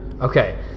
Okay